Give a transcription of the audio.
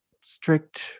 strict